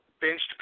benched